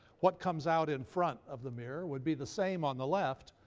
what comes out in front of the mirror would be the same on the left.